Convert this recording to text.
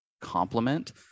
complement